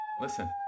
listen